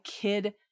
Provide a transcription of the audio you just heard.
kid